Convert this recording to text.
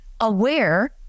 aware